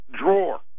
drawer